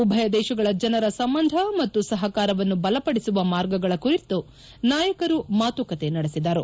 ಉಭಯ ದೇಶಗಳ ಜನರ ಸಂಬಂಧ ಮತ್ತು ಸಹಕಾರವನ್ನು ಬಲಪಡಿಸುವ ಮಾರ್ಗಗಳ ಕುರಿತು ನಾಯಕರು ಮಾತುಕತೆ ನಡೆಸಿದರು